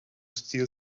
steal